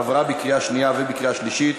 עברה בקריאה שנייה ובקריאה שלישית,